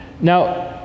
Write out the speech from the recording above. Now